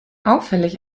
auffällig